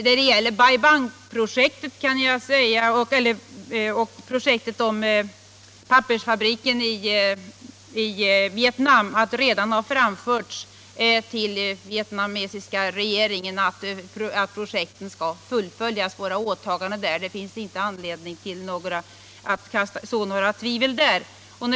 När det gäller Bai Bang-pro jektet, pappersfabriken i Vietnam, har det redan framförts till vietna Nr 29 mesiska regeringen att våra åtaganden skall fullföljas.